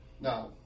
Now